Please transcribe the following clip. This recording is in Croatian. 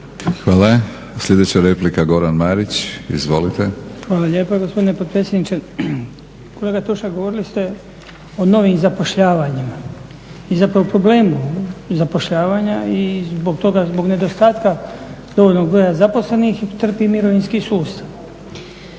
Hvala. Sljedeća replika, Goran Marić. Izvolite. **Marić, Goran (HDZ)** Hvala lijepa gospodine potpredsjedniče. Kolega Tušak, govorili ste o novim zapošljavanjima i zapravo problemu zapošljavanja i zbog toga, zbog nedostatka dovoljnog broja zaposlenih trpi mirovinski sustav.